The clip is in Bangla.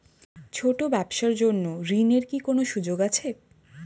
ছোট ব্যবসার জন্য ঋণ এর কি কোন সুযোগ আছে?